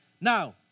Now